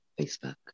Facebook